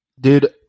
Dude